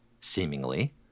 seemingly